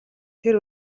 тэр